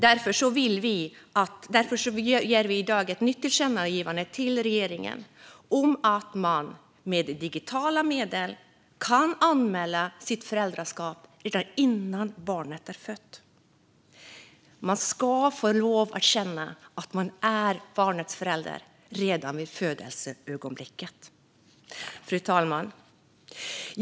Därför gör vi i dag ett nytt tillkännagivande till regeringen om att man med digitala medel ska kunna anmäla sitt föräldraskap redan innan barnet är fött. Man ska få lov att känna att man är barnets föräldrar redan vid födelseögonblicket. Fru talman!